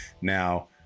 Now